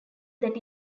that